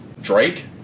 Drake